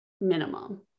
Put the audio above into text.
minimum